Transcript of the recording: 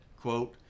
quote